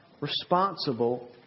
Responsible